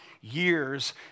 years